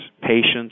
patients